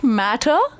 matter